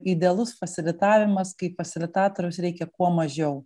idealus fasilitavimas kai fasilitatoriaus reikia kuo mažiau